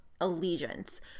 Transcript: Allegiance